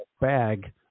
bag